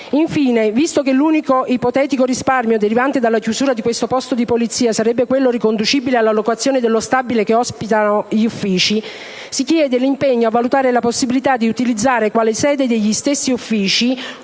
Infine, visto che l'unico ipotetico risparmio derivante dalla chiusura di questo posto di polizia sarebbe riconducibile alla locazione dello stabile che ospita gli uffici, si chiede l'impegno a valutare la possibilità di utilizzare quale sede degli stessi uffici